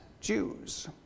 Jews